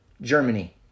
Germany